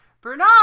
Bernard